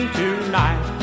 tonight